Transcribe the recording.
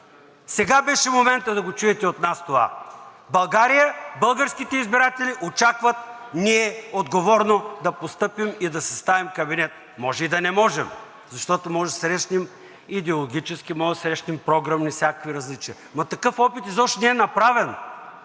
Сега беше моментът да чуете от нас това. България, българските избиратели очакват ние отговорно да постъпим и да съставим кабинет. Може и да не можем, защото може да срещнем идеологически, може да срещнем програмни, всякакви различия, но такъв опит изобщо не е направен,